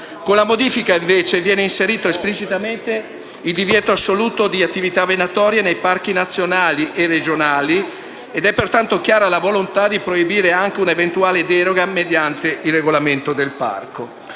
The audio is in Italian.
Con la modifica viene invece inserito esplicitamente il divieto assoluto di praticare attività venatorie nei parchi nazionali e regionali ed è pertanto chiara la volontà di proibire anche una eventuale deroga mediante il regolamento del parco.